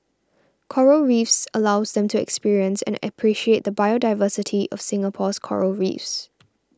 coral Reefs allows them to experience and appreciate the biodiversity of Singapore's Coral Reefs